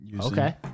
Okay